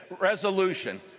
resolution